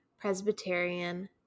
Presbyterian